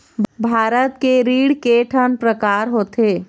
भारत के ऋण के ठन प्रकार होथे?